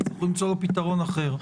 יצטרכו למצוא לו פתרון אחר.